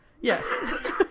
yes